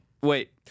Wait